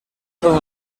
son